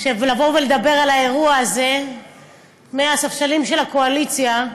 שלבוא ולדבר על האירוע הזה מהספסלים של הקואליציה,